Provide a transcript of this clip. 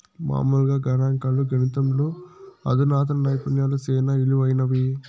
మామూలుగా గణంకాలు, గణితంలో అధునాతన నైపుణ్యాలు సేనా ఇలువైనవి